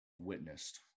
witnessed